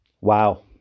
Wow